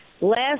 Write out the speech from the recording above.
last